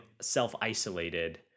self-isolated